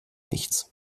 nichts